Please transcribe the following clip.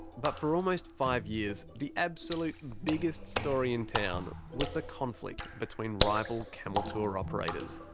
but for almost five years, the absolute biggest story in town was the conflict between rival camel tour operators.